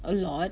a lot